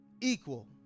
Equal